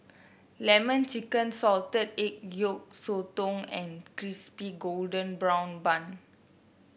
lemon chicken Salted Egg Yolk Sotong and Crispy Golden Brown Bun